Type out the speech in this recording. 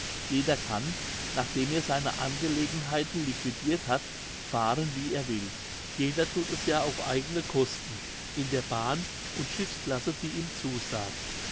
jeder kann nachdem er seine angelegenheiten liquidirt hat fahren wie er will jeder thut es ja auf eigene kosten in der bahn und schiffsclasse die ihm zusagt